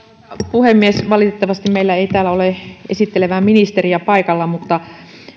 puhemies valitettavasti meillä ei täällä ole esittelevää ministeriä paikalla mutta